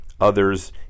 others